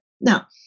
now